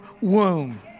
womb